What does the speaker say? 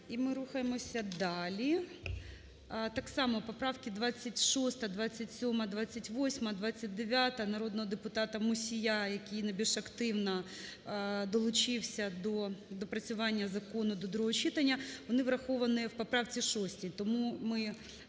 І ми рухаємося далі. Так само поправки 26-а, 27-а, 28-а, 29-а народного депутата Мусія, який найбільш активно долучився до доопрацювання Закону до другого читання, вони враховані у поправці 6-й.